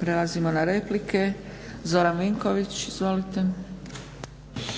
Prelazimo na replike. Zoran Vinković izvolite.